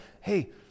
hey